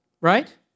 Right